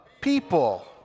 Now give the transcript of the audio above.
people